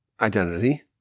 identity